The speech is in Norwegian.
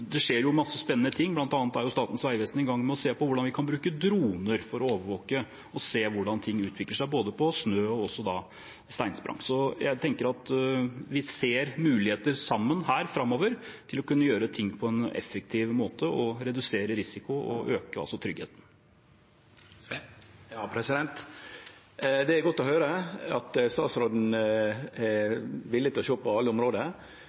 Det skjer mange spennende ting, bl.a. er Statens vegvesen i gang med å se på hvordan vi kan bruke droner for å overvåke og se hvordan ting utvikler seg, når det gjelder både snøskred og steinsprang. Jeg tenker at vi ser muligheter sammen her til framover å kunne gjøre ting på en effektiv måte, redusere risikoen og øke tryggheten. Det er godt å høyre at statsråden er villig til å sjå på alle